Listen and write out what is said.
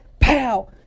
pow